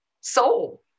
soul